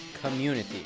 community